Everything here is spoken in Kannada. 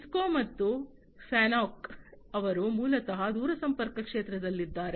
ಸಿಸ್ಕೋ ಮತ್ತು ಫ್ಯಾನುಕ್ ಅವರು ಮೂಲತಃ ದೂರಸಂಪರ್ಕ ಕ್ಷೇತ್ರದಲ್ಲಿದ್ದಾರೆ